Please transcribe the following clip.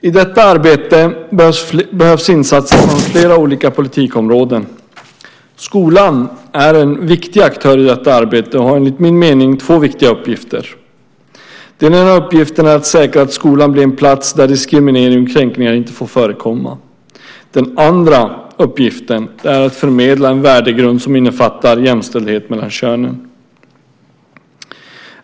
I detta arbete behövs insatser från flera olika politikområden. Skolan är en viktig aktör i detta arbete och har enligt min mening två viktiga uppgifter. Den ena uppgiften är att säkra att skolan blir en plats där diskriminering och kränkningar inte får förekomma. Den andra uppgiften är att förmedla en värdegrund som innefattar jämställdhet mellan könen.